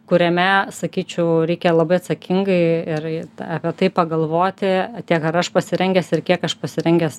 kuriame sakyčiau reikia labai atsakingai ir apie tai pagalvoti tiek ar aš pasirengęs ir kiek aš pasirengęs